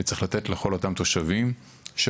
צריך לתת לכל אותם תושבים שירות